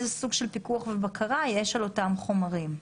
איזה סוג של פיקוח ובקרה יש על אותם חומרים?